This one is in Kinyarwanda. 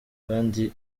kandi